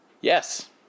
Yes